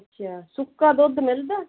ਅੱਛਾ ਸੁੱਕਾ ਦੁੱਧ ਮਿਲਦਾ